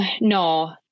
No